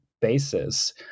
basis